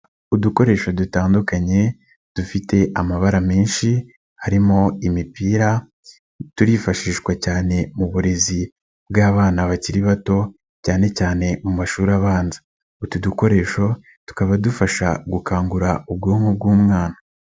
Udukoresho dutandukanye dufite amabara menshi harimo imipira, turifashishwa cyane mu burezi bw'abana bakiri bato cyane cyane mu mashuri abanza, utu dukoresho tukaba dufasha gukangura ubwonko bw'umwana.